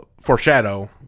foreshadow